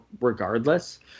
regardless